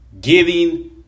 giving